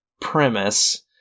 premise